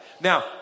Now